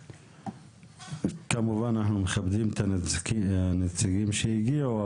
כמובן אנחנו מכבדים את הנציגים שהגיעו,